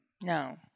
No